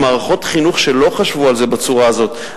כי במערכות חינוך שלא חשבו על זה בצורה הזאת,